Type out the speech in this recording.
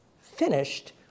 finished